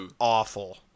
awful